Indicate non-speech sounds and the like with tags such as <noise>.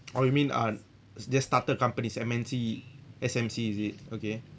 <noise> oh you mean uh just started companies M_N_C S_M_C is it okay